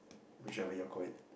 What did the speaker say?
whichever you call it